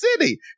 city